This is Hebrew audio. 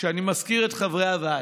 כשאני מזכיר את חברי הוועדה,